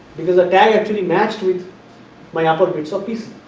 because the tag actually matched with my upper bits of pc